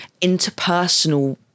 interpersonal